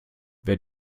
wer